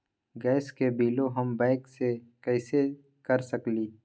Gas के बिलों हम बैंक से कैसे कर सकली?